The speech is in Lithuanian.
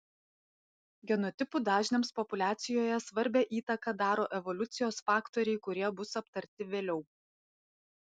genotipų dažniams populiacijoje svarbią įtaką daro evoliucijos faktoriai kurie bus aptarti vėliau